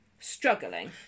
Struggling